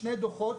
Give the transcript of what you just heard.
שני דוחות,